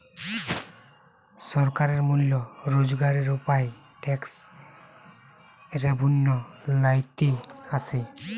সরকারের মূল রোজগারের উপায় ট্যাক্স রেভেন্যু লইতে আসে